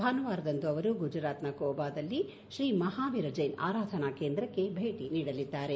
ಭಾನುವಾರದಂದು ಅವರು ಗುಜರಾತ್ನ ಕೋಬಾದಲ್ಲಿ ಶ್ರೀ ಮಹಾವೀರ್ ಜ್ವೆನ್ ಆರಾಧನಾ ಕೇಂದ್ರಕ್ಕೆ ಭೇಟಿ ನೀಡಲಿದ್ದಾರೆ